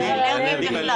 האלרגיים.